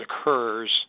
occurs